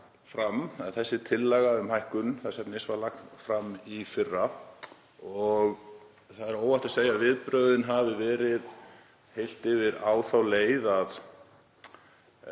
Þessi tillaga um hækkun þess efnis var lögð fram í fyrra og það er óhætt að segja að viðbrögðin hafi heilt yfir verið á þá leið að